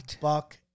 buck